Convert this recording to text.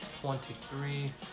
twenty-three